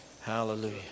Hallelujah